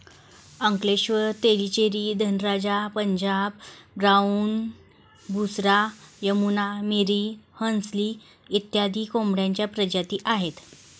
Ankleshwar, Tellicherry, Dhanraja, Punjab brown, Busra, Yamuna, Miri, Hansli इत्यादी कोंबड्यांच्या प्रजाती आहेत